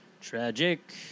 Tragic